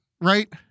Right